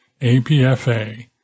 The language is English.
APFA